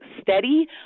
steady